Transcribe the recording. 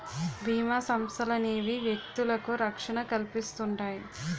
బీమా సంస్థలనేవి వ్యక్తులకు రక్షణ కల్పిస్తుంటాయి